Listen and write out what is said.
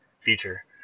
feature